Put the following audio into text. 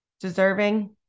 deserving